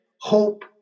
hope